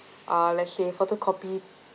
uh let's say photocopy